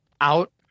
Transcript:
out